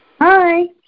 Hi